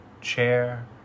chair